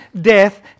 death